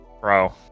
Bro